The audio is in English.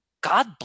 God